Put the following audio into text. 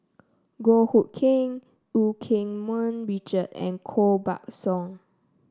Goh Hood Keng Eu Keng Mun Richard and Koh Buck Song